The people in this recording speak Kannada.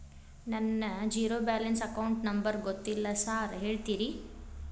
ನನ್ನ ಜೇರೋ ಬ್ಯಾಲೆನ್ಸ್ ಅಕೌಂಟ್ ನಂಬರ್ ಗೊತ್ತಿಲ್ಲ ಸಾರ್ ಹೇಳ್ತೇರಿ?